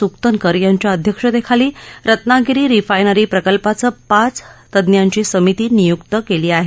सुकथनकर यांच्या अध्यक्षतेखाली रत्नागिरी रिफायनरी प्रकल्पानं पाच तज्ज्ञांची समिती नियुक्त केली आहे